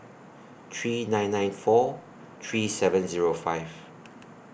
three nine nine four three seven Zero five